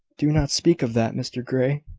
do not speak of that, mr grey.